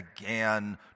again